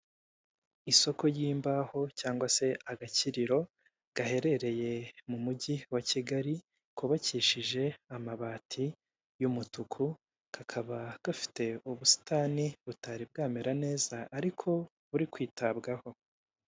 Isoko y'imbaho cyangwa se agakiriro gaherereye mu mujyi wa kigali kubakishije amabati y'umutuku kakaba gafite ubusitani butari bwamera neza ariko buri kwitabwaho.